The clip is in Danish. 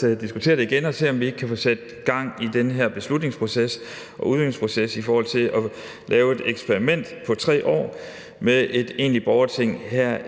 til at diskutere det igen og se, om vi ikke kunne få sat gang i den her beslutnings- og udviklingsproces i forhold til at lave et eksperiment af en varighed af 3 år med et egentlig borgerting her